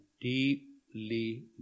deeply